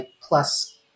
plus